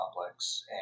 complex